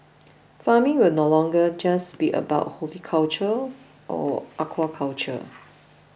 farming will no longer just be about horticulture or aquaculture